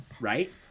right